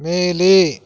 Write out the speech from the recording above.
மேலே